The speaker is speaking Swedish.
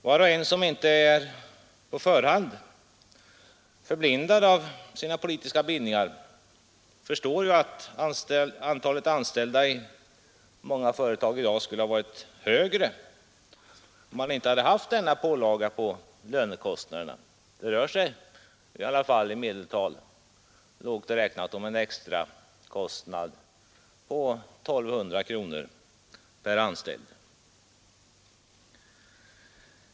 Var och en som inte är på förhand förblindad av sina politiska bindningar förstår ju att antalet anställda i många företag i dag skulle ha varit högre, om man inte haft denna pålaga på lönekostnaderna. Det rör sig i alla fall i medeltal, lågt räknat, om en extrakostnad på 1 200 kronor per anställd.